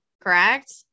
correct